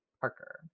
Parker